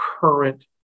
current